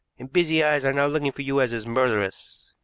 and busy eyes are now looking for you as his murderess.